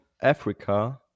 Africa